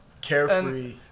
carefree